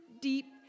deep